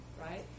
right